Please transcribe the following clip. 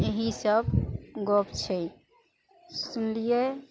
एहीँ सब गप छै सुनलियै